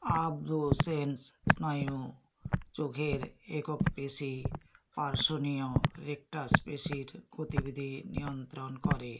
abducens স্নায়ু চোখের একক পেশী পার্শ্বনীয় রেকটাস পেশীর গতিবিধি নিয়ন্ত্রণ করে